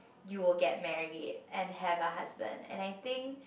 you'll get married and have a husband and I think